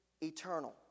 eternal